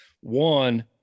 One